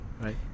right